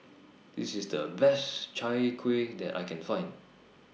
This IS The Best Chai Kuih that I Can Find